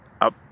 up